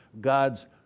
God's